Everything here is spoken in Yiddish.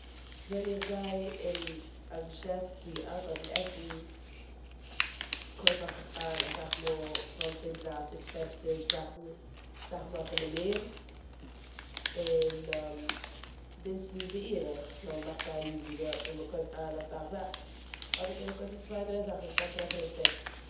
ווען איך גיי אין א געשעפט צו איינקויפן עסן קויף איך איין אסאך מאל צוואנציג, דרייסיג, פערציג זאכן, אסאך מאל אפילו מער און דאס איז בערך ווען מ'מאכט א ריזיגע- ווען מ'קויפט איין אסאך זאכן אדער קען מען קויפן צוויי, דריי זאכן פאר א פרישטאג.